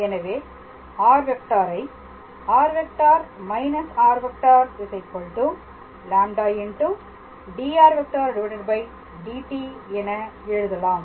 எனவே R ஐ R⃗− r⃗ λ dr⃗ dt என எழுதலாம்